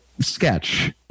sketch